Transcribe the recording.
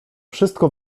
wszystko